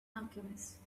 alchemist